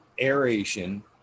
aeration